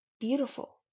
Beautiful